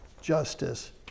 justice